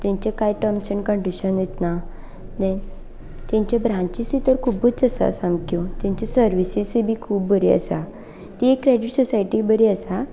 तांचे कांय terms and कंडीशनूच ना देन तांच्यो ब्रान्चिंसूय तर खुबूच आसा सामक्यो तेंच्यो सरवीसूय बी खूब बरी आसा ती एक क्रेडीट सोसायटी बरी आसा